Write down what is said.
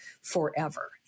forever